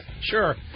Sure